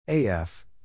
AF